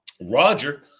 Roger